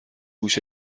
هوش